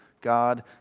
God